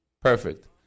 Perfect